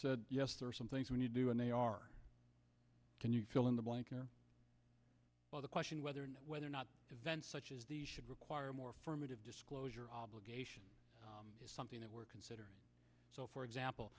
said yes there are some things when you do and they are can you fill in the blank by the question whether whether or not events such as the should require more formative disclosure obligations is something that we're considering so for example